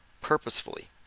purposefully